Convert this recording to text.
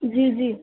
جی جی